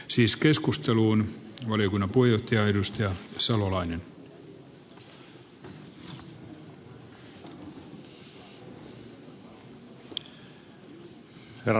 siis keskusteluun oli kuin ujot ja ennuste herra puhemies